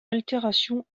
altérations